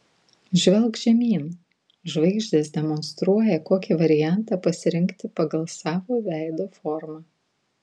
žvelk žemyn žvaigždės demonstruoja kokį variantą pasirinkti pagal savo veido formą